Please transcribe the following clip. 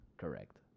Correct